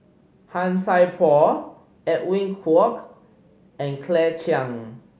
Han Sai Por Edwin Koek and Claire Chiang